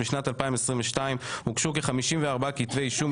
בשנת 2022 הוגשו כ-54 כתבי אישום,